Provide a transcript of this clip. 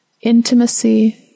intimacy